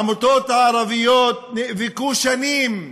העמותות הערביות נאבקו שנים,